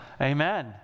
Amen